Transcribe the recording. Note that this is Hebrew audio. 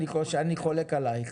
אני חולק עלייך.